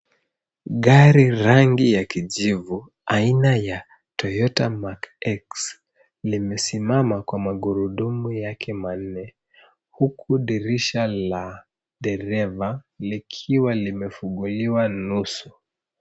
Gari rangi ya kijivu aina ya Toyota Mark X limesimama kwa magurudumu yake manne huku dirisha la dereva likiwa limefunguliwa nusu.